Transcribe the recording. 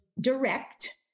direct